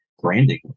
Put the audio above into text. Branding